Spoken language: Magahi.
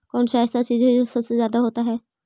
कौन सा ऐसा चीज है जो सबसे ज्यादा होता है?